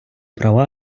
права